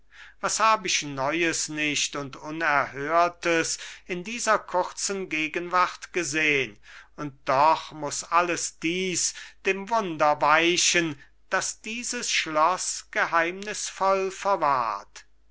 was hab ich neues nicht und unerhörtes in dieser kurzen gegenwart gesehn und doch muß alles dies dem wunder weichen das dieses schloß geheimnisvoll verwahrt